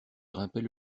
grimpait